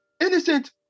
innocent